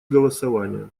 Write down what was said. голосования